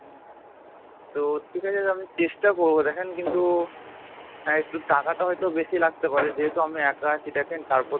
হুম তো ঠিক আছে আমি চেষ্টা করবো দেখেন কিন্তু হ্যাঁ একটু টাকাটা হয়তো বেশি লাগতে পারে যেহেতু আমি একা আছি দেখেন তারপর